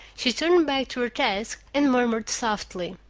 she turned back to her task, and murmured softly,